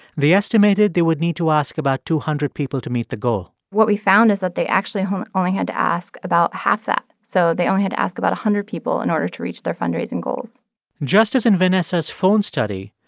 they estimated they would need to ask about two hundred people to meet the goal what we found is that they actually um only had to ask about half that. so they only had to ask about a hundred people in order to reach their fundraising goals just as in vanessa's phone study,